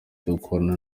dukorana